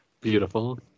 Beautiful